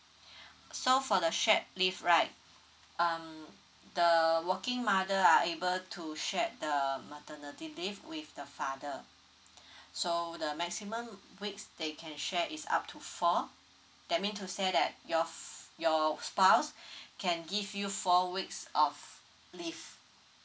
so for the shared leave right um the working mother are able to shared the maternity leave with the father so the maximum weeks they can share is up to four that mean to say that your f~ your spouse can give you four weeks of leave